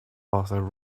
author